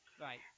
right